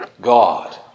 God